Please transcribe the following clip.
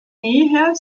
näher